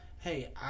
hey